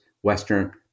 Western